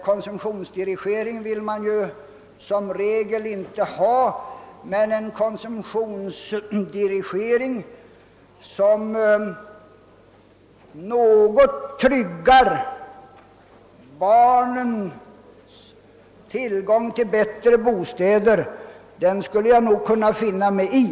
Konsumtionsdirigering är i regel inte önskvärd, men en konsumtionsdirigering som någorlunda tryggar barnens tillgång till bättre bostäder, skulle jag nog kunna finna mig i.